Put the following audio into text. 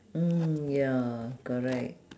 mm ya correct